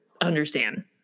understand